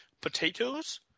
Potatoes